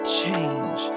change